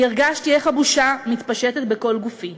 אני הרגשתי איך הבושה מתפשטת בכל גופי.